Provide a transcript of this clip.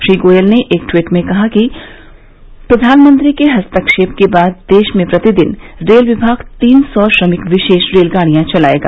श्री गोयल ने एक ट्वीट में कहा कि प्रधानमंत्री के हस्तक्षेप के बाद देश में प्रतिदिन रेल विभाग तीन सौ श्रमिक विशेष रेलगाड़ियां चलाएगा